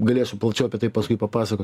galėsiu plačiau apie tai paskui papasakot